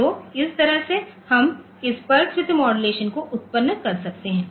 तो इस तरह से हम इस पल्स विड्थ मॉडुलेशन को उत्पन्न कर सकते हैं